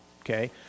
okay